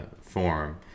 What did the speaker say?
form